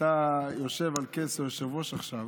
אתה יושב על כס היושב-ראש עכשיו,